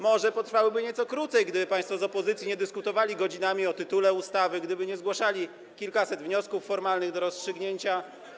Może potrwałyby nieco krócej, gdyby państwo z opozycji nie dyskutowali godzinami o tytule ustawy, gdyby nie zgłaszali kilkuset wniosków formalnych do rozstrzygnięcia.